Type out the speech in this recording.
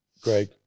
Greg